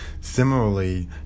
Similarly